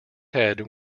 head